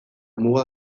mugak